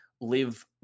live